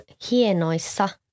hienoissa